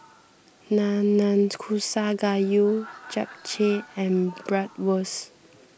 Nanakusa Gayu Japchae and Bratwurst